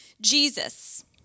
Jesus